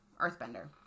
earthbender